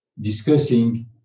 discussing